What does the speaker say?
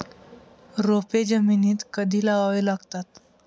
रोपे जमिनीत कधी लावावी लागतात?